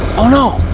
oh, no!